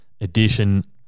Edition